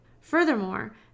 Furthermore